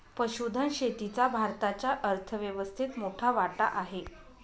पशुधन शेतीचा भारताच्या अर्थव्यवस्थेत मोठा वाटा आहे